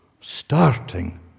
starting